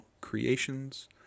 creations